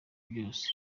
byose